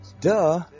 duh